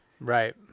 Right